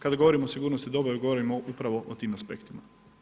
Kada govorimo o sigurnosti dobave, govorimo upravo o tim aspektima.